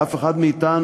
ואף אחד מאתנו,